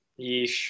Yeesh